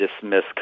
dismiss